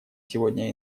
сегодня